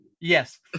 Yes